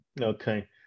Okay